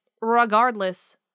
regardless